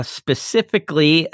specifically